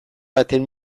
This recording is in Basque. baten